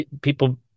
people